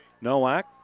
Nowak